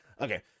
Okay